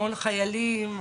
המון חיילים,